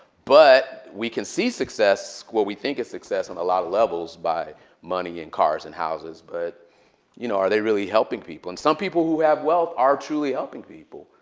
but we can see success, what we think is success on a lot of levels, by money and cars and houses. but you know are they really helping people? and some people who have wealth are truly helping people.